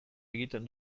egiten